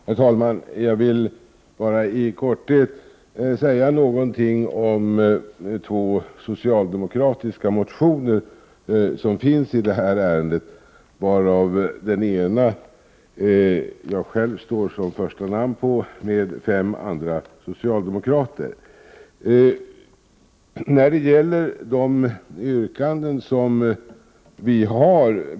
Herr talman! Jag vill bara i korthet säga några ord om två socialdemokratiska motioner i det här ärendet. Den ena av dessa har undertecknats av mig och ytterligare fem socialdemokrater.